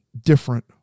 different